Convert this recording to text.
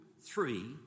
three